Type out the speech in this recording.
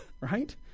right